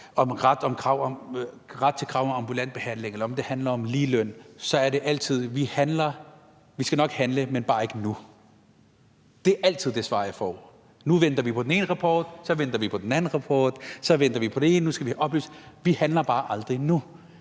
om ret til krav om ambulant behandling eller om ligeløn, så siger man altid: Vi skal nok handle, men bare ikke endnu. Det er altid det svar, jeg får: Nu venter vi på den ene rapport, og så venter vi på den anden rapport, og så venter vi på nogle oplysninger. Vi handler bare aldrig nu.